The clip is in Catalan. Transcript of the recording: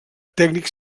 tècnic